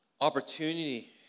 opportunity